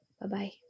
Bye-bye